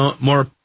more